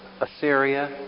Assyria